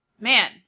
Man